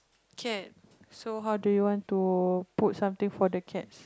K so how do you want to put something for the cats